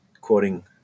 quoting